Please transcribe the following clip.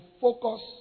focus